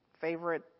favorite